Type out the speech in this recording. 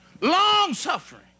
long-suffering